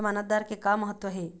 जमानतदार के का महत्व हे?